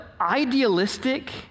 idealistic